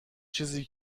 چیزی